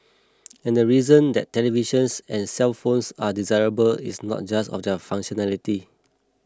and the reason that televisions and cellphones are desirable is not just of their functionality